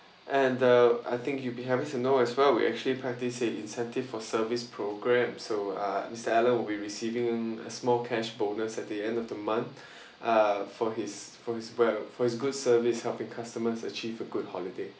and uh I think you'll be happy to know as well we actually practise an incentive for service programme so uh mister alan will be receiving a small cash bonus at the end of the month uh for his for his well for his good service helping customers achieve a good holiday